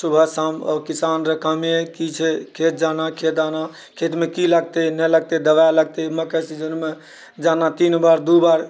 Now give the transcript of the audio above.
सुबह शाम किसान रऽ कामे की छै खेत जाना खेत आना खेतमे कि लगतै नहि लगतै दवाइ लगतै मकइ सिजनमे जाना तीन बार दू बार